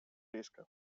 близко